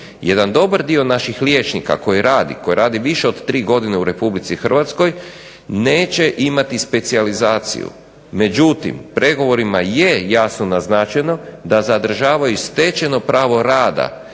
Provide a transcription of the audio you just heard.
jedan dobar dio naših liječnika koji radi više od 3 godine u Republici Hrvatskoj neće imati specijalizaciju, međutim u pregovorima je jasno naznačeno da zadržavaju stečeno pravo rada